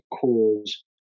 cause